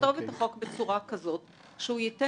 אם אני אתבע אותו, הוא יגיד